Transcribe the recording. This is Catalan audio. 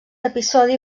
episodi